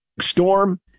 storm